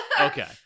Okay